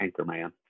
Anchorman